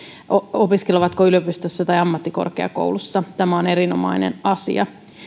opiskelevatko he yliopistossa tai ammattikorkeakoulussa tämä on erinomainen asia